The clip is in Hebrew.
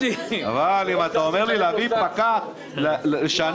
אבל אם אתה אומר לי שלהביא איזה פקח אחד לוקח